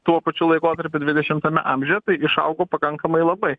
tuo pačiu laikotarpiu dvidešimtame amžiuje išaugo pakankamai labai